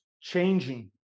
changing